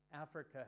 Africa